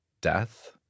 death